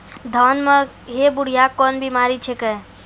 धान म है बुढ़िया कोन बिमारी छेकै?